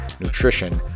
nutrition